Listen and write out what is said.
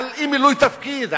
על אי-מילוי תפקיד,